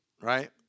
right